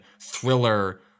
thriller